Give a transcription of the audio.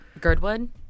Girdwood